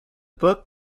book